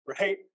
right